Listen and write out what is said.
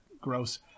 Gross